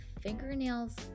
fingernails